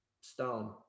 stone